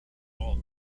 all